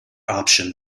option